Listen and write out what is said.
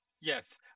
Yes